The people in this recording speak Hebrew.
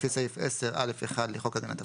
לפי סעיף 10(א)(1) לחוק הגנת הפרטיות,